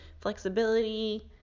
flexibility